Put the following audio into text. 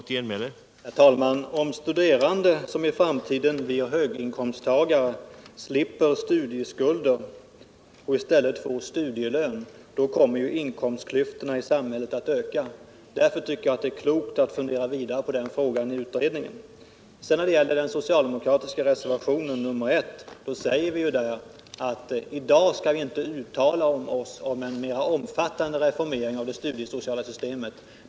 Herr talman! Om studerande som i framtiden blir höginkomsttagare slipper studieskulder och i stället får studielön, då kommer inkomstklyftorna i samhället att öka. Därför tycker jag det är klokt att fundera vidare på den frågan i utredningen. När det gäller den socialdemokratiska reservationen 1 konstaterar jag att vi där säger att vi inte skall uttala oss i dag om en mer omfattande reformering av det studiesociala systemet.